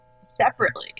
separately